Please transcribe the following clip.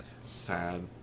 Sad